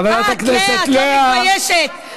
חברת הכנסת לאה, את, לאה, את לא מתביישת?